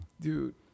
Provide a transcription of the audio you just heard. Dude